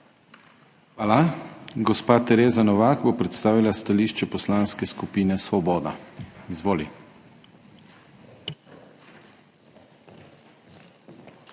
Hvala. Gospa Tereza Novak bo predstavila stališče Poslanske skupine Svoboda. Izvoli.